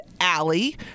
Allie